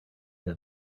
that